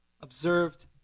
observed